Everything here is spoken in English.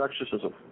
exorcism